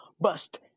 bust